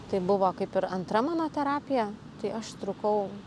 tai buvo kaip ir antra mano terapija tai aš trukau